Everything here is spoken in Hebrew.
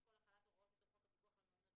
תשקול החלת הוראות מתוך חוק הפיקוח על מעונות